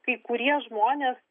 kai kurie žmonės